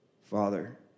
Father